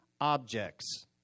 objects